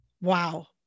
Wow